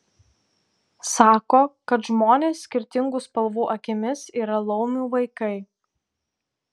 sako kad žmonės skirtingų spalvų akimis yra laumių vaikai